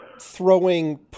throwing